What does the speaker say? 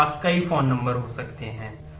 मेरे पास कई फोन नंबर हो सकते हैं